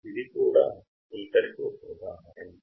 అది కూడా ఫిల్టర్ ఒక మంచి ఉదాహరణ